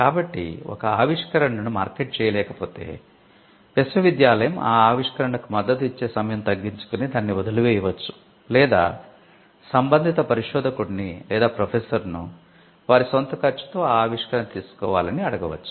కాబట్టి ఒక ఆవిష్కరణను మార్కెట్ చేయలేకపోతే విశ్వవిద్యాలయం ఆ ఆవిష్కరణకు మద్దతు ఇచ్చే సమయం తగ్గించుకుని దానిని వదిలివేయవచ్చు లేదా సంబంధిత పరిశోధకుడిని లేదా ప్రొఫెసర్ను వారి స్వంత ఖర్చుతో ఆ ఆవిష్కరణ తీసుకోవాలని అడగవచ్చు